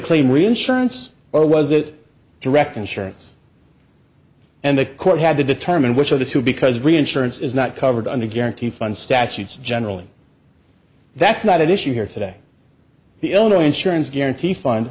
claim reinsurance or was it direct insurance and the court had to determine which of the two because reinsurance is not covered under guarantee fund statutes generally that's not an issue here today the owner insurance guarantee fun